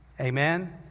Amen